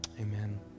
amen